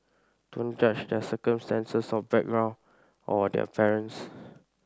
don't judge their circumstances or background or their parents